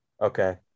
Okay